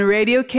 Radio